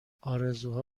آرزوها